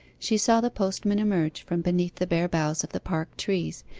she saw the postman emerge from beneath the bare boughs of the park trees,